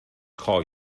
call